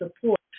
support